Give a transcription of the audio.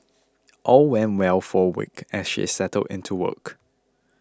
all went well for a week as she settled into work